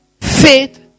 faith